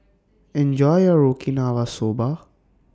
Enjoy your Okinawa Soba